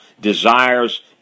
desires